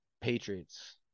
Patriots